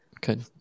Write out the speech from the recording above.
Good